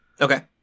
Okay